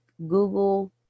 Google